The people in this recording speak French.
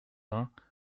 vingts